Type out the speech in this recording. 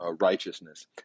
righteousness